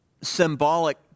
symbolic